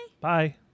bye